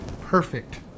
perfect